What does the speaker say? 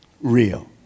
real